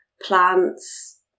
Plants